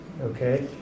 Okay